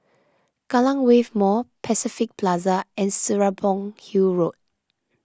Kallang Wave Mall Pacific Plaza and Serapong Hill Road